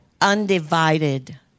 undivided